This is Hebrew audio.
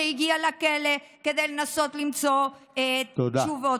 שהגיע לכלא כדי לנסות למצוא תשובות.